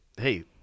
Hey